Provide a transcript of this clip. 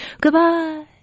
goodbye